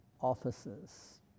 offices